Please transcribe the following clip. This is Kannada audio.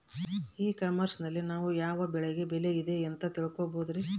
ಇ ಕಾಮರ್ಸ್ ನಲ್ಲಿ ನಾವು ಯಾವ ಬೆಳೆಗೆ ಬೆಲೆ ಇದೆ ಅಂತ ತಿಳ್ಕೋ ಬಹುದೇನ್ರಿ?